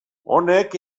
honek